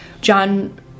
John